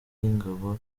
y’ingabo